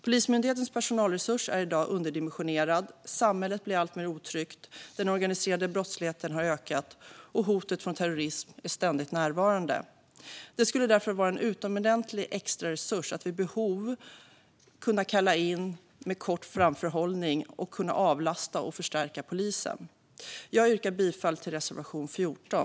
Polismyndighetens personalresurs är i dag underdimensionerad. Samhället blir alltmer otryggt, den organiserade brottsligheten har ökat och hotet från terrorism är ständigt närvarande. Den skulle därför vara en utomordentlig extra resurs att vid behov kalla in för att med kort framförhållning avlasta och förstärka polisen. Jag yrkar bifall till reservation 14.